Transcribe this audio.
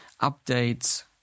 updates